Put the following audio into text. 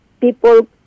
people